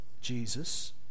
Jesus